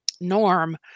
norm